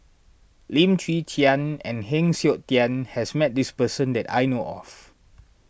Lim Chwee Chian and Heng Siok Tian has met this person that I know of